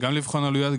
גם לבחון עלויות,